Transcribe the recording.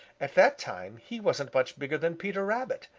at that time he wasn't much bigger than peter rabbit,